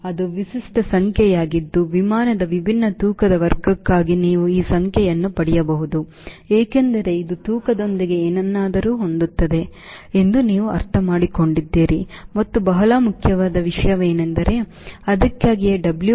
ಅವು ವಿಶಿಷ್ಟ ಸಂಖ್ಯೆಯಾಗಿದ್ದು ವಿಮಾನದ ವಿಭಿನ್ನ ತೂಕದ ವರ್ಗಕ್ಕಾಗಿ ನೀವು ಈ ಸಂಖ್ಯೆಯನ್ನು ಪಡೆಯಬಹುದು ಏಕೆಂದರೆ ಇದು ತೂಕದೊಂದಿಗೆ ಏನನ್ನಾದರೂ ಹೊಂದುತ್ತದೆ ಎಂದು ನೀವು ಅರ್ಥಮಾಡಿಕೊಂಡಿದ್ದೀರಿ ಮತ್ತು ಬಹಳ ಮುಖ್ಯವಾದ ವಿಷಯವೆಂದರೆ ಅದಕ್ಕಾಗಿಯೇ W by hp